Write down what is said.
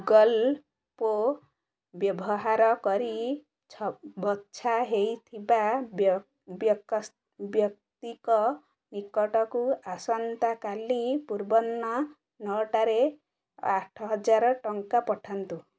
Google Pay ବ୍ୟବହାର କରି ବଛା ହୋଇଥିବା ବ୍ୟକ୍ତିଙ୍କ ନିକଟକୁ ଆସନ୍ତାକାଲି ପୂର୍ବାହ୍ନ ନଅଟାରେ ଆଠହଜାର ଟଙ୍କା ପଠାନ୍ତୁ